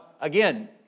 again